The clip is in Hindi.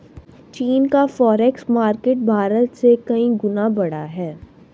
चीन का फॉरेक्स मार्केट भारत से कई गुना बड़ा है